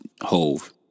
Hove